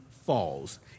Falls